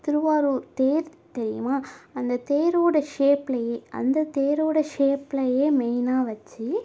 திருவாரூர் தேர் தெரியுமா அந்த தேரோட ஷேப்லேயே அந்த தேரோட ஷேப்லேயே மெயினாக வச்சு